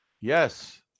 Yes